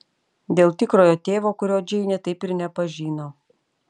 dėl tikrojo tėvo kurio džeinė taip ir nepažino